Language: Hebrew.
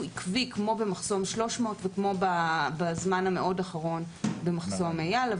עקבי כמו במחסום 300 וכמו בזמן המאוד אחרון במחסום אייל.